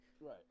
Right